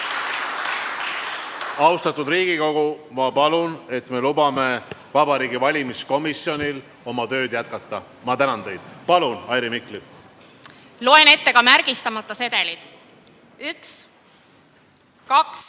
Austatud Riigikogu, ma palun, et me lubaksime Vabariigi Valimiskomisjonil oma tööd jätkata. Ma tänan teid! Palun, Airi Mikli! Loen üle ka märgistamata sedelid: 1, 2,